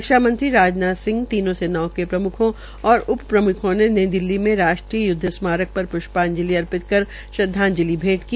रक्षा मंत्री राजनाथ तीनों सेनओं के प्रमुखों और उप प्रमुखों ने नई दिल्ली में राष्ट्रीय युदव स्मारक पर प्ष्पाजंलि अर्पित कर श्रदवाजंलि भैंट की